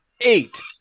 eight